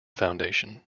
foundation